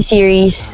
Series